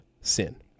sin